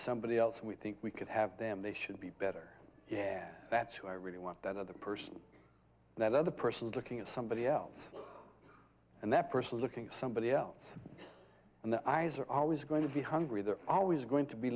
somebody else and we think we could have them they should be better yeah that's who i really want that other person and that other person is looking at somebody else and that person is looking at somebody else and the eyes are always going to be hungry they're always going to be